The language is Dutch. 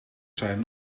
zijn